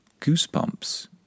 goosebumps